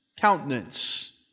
countenance